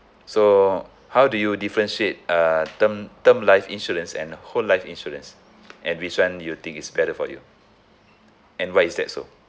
so how do you differentiate uh term term life insurance and whole life insurance and which one you think is better for you and why is that so